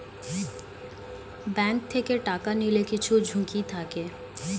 bank থেকে টাকা নিলে কিছু ঝুঁকি থাকে